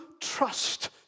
trust